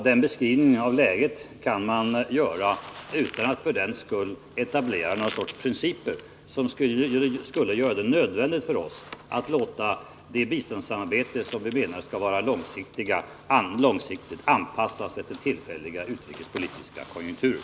Detta kan man hävda utan att för den skull etablera någon sorts principer som skulle göra det nödvändigt för oss att låta det biståndssamarbete som vi menar skall vara långsiktigt anpassas efter tillfälliga utrikespolitiska konjunkturer.